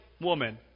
woman